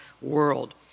world